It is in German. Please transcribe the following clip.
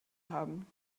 haben